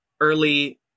early